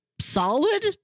solid